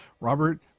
Robert